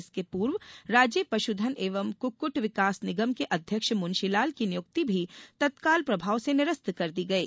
इसके पूर्व राज्य पशुधन एवं कुक्कुट विकास निगम के अध्यक्ष मुंशीलाल की नियुक्ति भी तत्काल प्रभाव से निरस्त कर दी गयी